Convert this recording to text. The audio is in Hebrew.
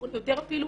יותר אפילו,